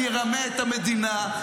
אני ארמה את המדינה,